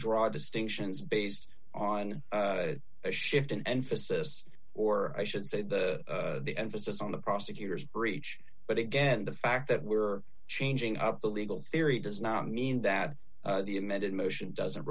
draw distinctions based on a shift in emphasis or i should say the emphasis on the prosecutors breach but again the fact that we're changing up the legal theory does not mean that the amended motion doesn't